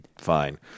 fine